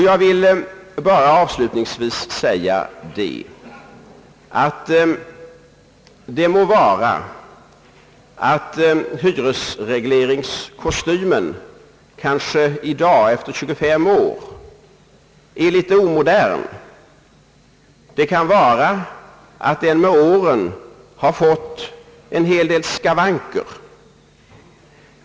Jag vill bara avslutningsvis säga, att det må vara att hyresregleringskostymen kanske i dag efter 25 år är litet omodern och att den med åren fått en hel del skavanker.